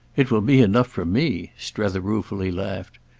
it will be enough for me! strether ruefully laughed.